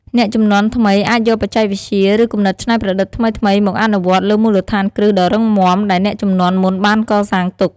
អ្នកជំនាន់ថ្មីអាចយកបច្ចេកវិទ្យា ឬគំនិតច្នៃប្រឌិតថ្មីៗមកអនុវត្តលើមូលដ្ឋានគ្រឹះដ៏រឹងមាំដែលអ្នកជំនាន់មុនបានកសាងទុក។